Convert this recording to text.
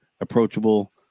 approachable